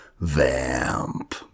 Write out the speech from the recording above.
vamp